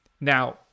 Now